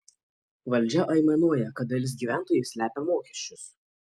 valdžia aimanuoja kad dalis gyventojų slepia mokesčius